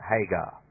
Hagar